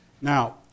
Now